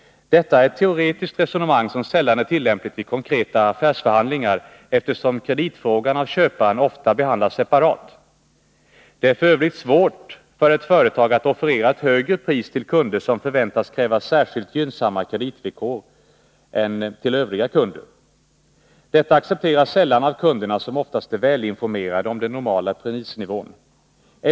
Detta är ett teoretiskt resonemang som sällan är tillämpligt vid konkreta affärsförhandlingar, eftersom kreditfrågan av köparen ofta behandlas separat. Det är f. ö. svårare för ett företag att offerera ett högre pris till kunder som förväntas kräva särskilt gynnsamma kreditvillkor än till övriga kunder. Detta accepteras sällan av kunderna, som oftast är välinformerade om den normala prisnivån.